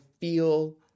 feel